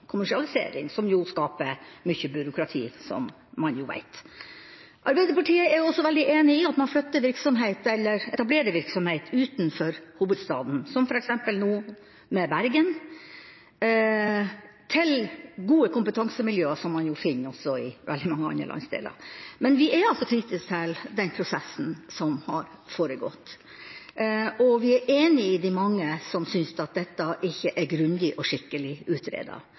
kommersialisering som skaper mye byråkrati, som man vet. Arbeiderpartiet er også veldig enig i at man etablerer virksomhet utenfor hovedstaden, som f.eks. nå i Bergen, til gode kompetansemiljøer som man også finner i mange andre landsdeler. Men vi er kritiske til den prosessen som har foregått, og vi er enig med de mange som synes at dette ikke er grundig og skikkelig